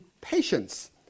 patience